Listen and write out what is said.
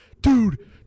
dude